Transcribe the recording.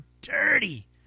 dirty